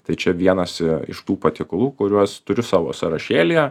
tai čia vienas iš tų patiekalų kuriuos turiu savo sąrašėlyje